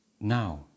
now